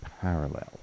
parallel